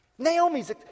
Naomi's